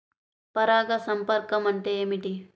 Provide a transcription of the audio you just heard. పరాగ సంపర్కం అంటే ఏమిటి?